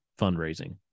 fundraising